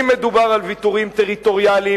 אם מדובר על ויתורים טריטוריאליים,